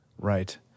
Right